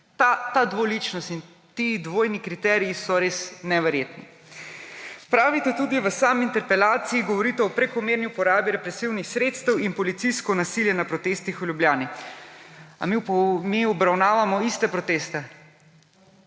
Ta dvoličnost in ti dvojni kriteriji so res neverjetni. Pravite tudi, v sami interpelaciji govorite o prekomerni uporabi represivnih sredstev in policijskem nasilju na protestih v Ljubljani. A mi obravnavamo iste proteste?